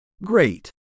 Great